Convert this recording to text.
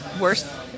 worse